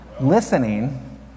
Listening